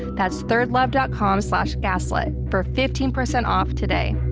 that's third love dot com slash gaslit for fifteen percent off today.